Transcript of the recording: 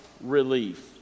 relief